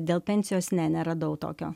dėl pensijos ne neradau tokio